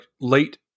late